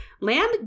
Lamb